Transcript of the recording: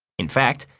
in fact,